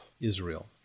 Israel